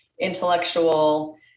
intellectual